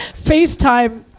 FaceTime